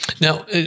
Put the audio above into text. Now